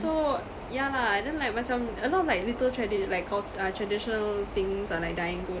so yeah lah then like macam a lot of like little tradi~ like cul~ ah traditional things are like dying too